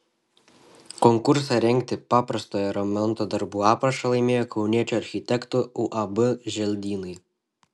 konkursą rengti paprastojo remonto darbų aprašą laimėjo kauniečių architektų uab želdynai